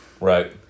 Right